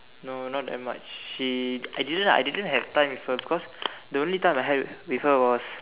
no not that much she I didn't I didn't have time with her cause the only time I had with her was